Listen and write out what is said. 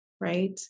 right